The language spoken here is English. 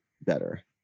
better